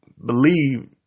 believe